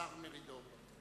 השר מרידור.